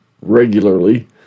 regularly